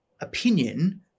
opinion